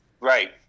Right